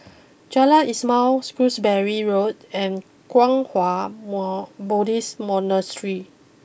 Jalan Ismail Shrewsbury Road and Kwang Hua more Buddhist Monastery